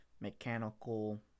mechanical